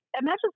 imagine